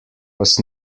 was